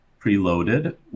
preloaded